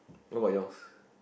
how about yours